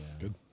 Good